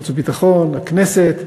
ועדת החוץ והביטחון וועדת הכנסת.